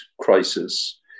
crisis